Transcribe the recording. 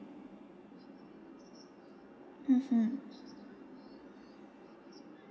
mmhmm